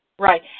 Right